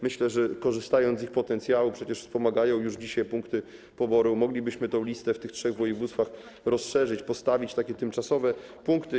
Myślę, że korzystając z ich potencjału - przecież wspomagają już dzisiaj punkty poboru - moglibyśmy tę listę w tych trzech województwach rozszerzyć, postawić tam tymczasowe punkty.